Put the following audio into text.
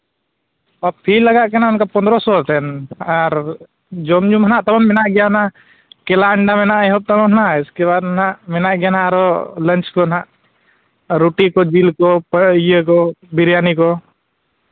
fee ᱞᱟᱜᱟᱜ ᱠᱟᱱᱟ ᱯᱚᱱᱨᱚ ᱥᱚ ᱠᱟᱛᱮ ᱟᱨ ᱡᱚᱢᱼᱧᱩ ᱢᱟ ᱱᱟᱦᱟᱸᱜ ᱢᱮᱱᱟᱜ ᱛᱟᱵᱚᱱ ᱜᱮᱭᱟ ᱚᱱᱟ ᱠᱮᱞᱟ ᱟᱱᱰᱟ ᱢᱮᱱᱟᱜᱼᱟ ᱮᱦᱚᱵ ᱛᱟᱵᱚᱱᱟᱭ ᱩᱥᱠᱮ ᱵᱟᱫᱽ ᱦᱟᱸᱜ ᱢᱮᱱᱟᱭ ᱜᱮᱭᱟ ᱟᱨᱚ ᱞᱟᱱᱪ ᱠᱚ ᱦᱟᱸᱜ ᱨᱩᱴᱤ ᱠᱚ ᱡᱤᱞ ᱠᱚ ᱤᱭᱟᱹ ᱠᱚ ᱵᱤᱨᱭᱟᱱᱤ ᱠᱚ